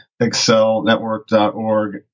Excelnetwork.org